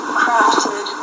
crafted